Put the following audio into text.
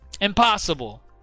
impossible